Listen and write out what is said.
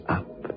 up